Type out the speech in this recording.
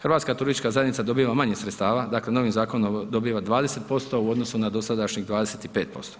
Hrvatska turistička zajednica dobiva manje sredstava, dakle novim zakonom dobiva 20% u odnosnu na dosadašnjih 25%